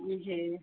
जी